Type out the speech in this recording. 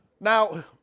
Now